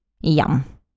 yum